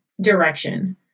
direction